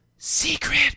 Secret